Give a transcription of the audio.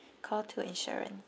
call two insurance